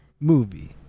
Movie